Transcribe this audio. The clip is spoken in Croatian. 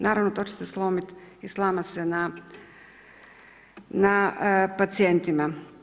Naravno, to će se slomiti i slama se na pacijentima.